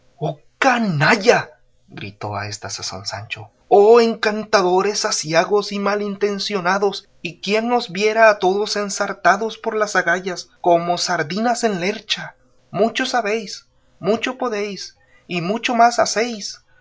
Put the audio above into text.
canalla gritó a esta sazón sancho oh encantadores aciagos y malintencionados y quién os viera a todos ensartados por las agallas como sardinas en lercha mucho sabéis mucho podéis y mucho más